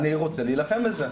אני רוצה להילחם על זה.